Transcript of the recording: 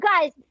guys